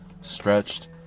stretched